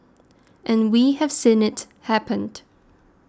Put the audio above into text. and we have seen it happened